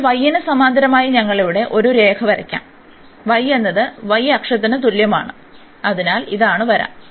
അതിനാൽ y ന് സമാന്തരമായി ഞങ്ങൾ ഇവിടെ ഒരു രേഖ വരയ്ക്കും y എന്നത് y അക്ഷത്തിന് തുല്യമാണ് അതിനാൽ ഇതാണ് വര